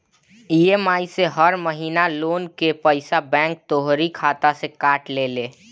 EMI से हर महिना लोन कअ पईसा बैंक तोहरी खाता से काट लेले